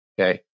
Okay